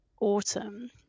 autumn